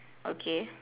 okay